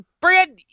Brad